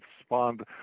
spawned